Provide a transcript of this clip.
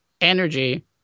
energy